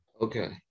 Okay